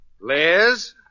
Liz